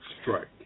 strike